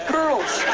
Girls